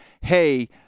hey